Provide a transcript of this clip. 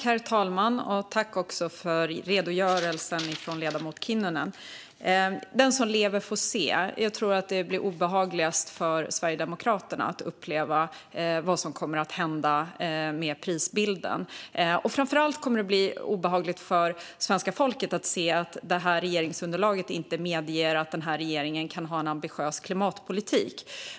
Herr talman! Tack för redogörelsen från ledamoten Kinnunen! Den som lever får se. Jag tror att det blir mest obehagligt för Sverigedemokraterna att uppleva vad som kommer att hända med prisbilden. Framför allt kommer det att bli obehagligt för svenska folket att se att regeringsunderlaget inte medger att regeringen kan ha en ambitiös klimatpolitik.